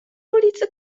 ulicy